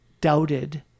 doubted